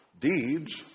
deeds